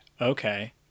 okay